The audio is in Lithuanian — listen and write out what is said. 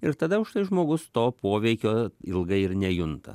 ir tada užtai žmogus to poveikio ilgai ir nejunta